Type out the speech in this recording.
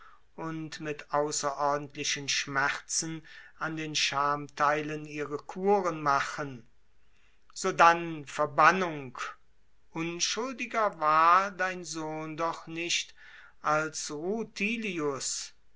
und mit außerordentlichen schmerzen an den schamtheilen ihre curen machen sodann verbannung unschuldiger war dein sohn doch nicht als